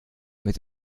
mit